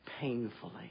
painfully